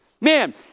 Man